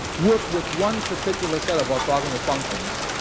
worked with one particular set of orthogonal functions,